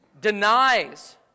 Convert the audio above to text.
denies